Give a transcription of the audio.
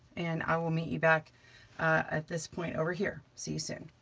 and i will meet you back at this point over here. see you soon.